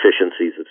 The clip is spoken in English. efficiencies